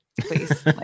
please